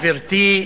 גברתי,